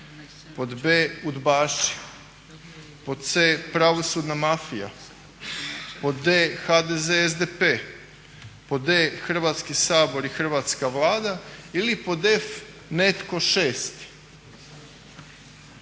pod b) udbaši, pod c) pravosudna mafija, pod d) HDZ, SDP, pod e) Hrvatski sabor i hrvatska Vlada ili pod f) netko šesti.